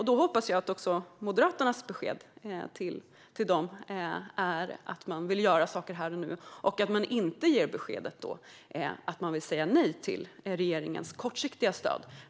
Jag hoppas att Moderaternas besked till dem är att man vill göra saker här och nu och att beskedet inte är att man vill säga nej till regeringens kortsiktiga stöd.